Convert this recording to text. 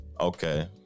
Okay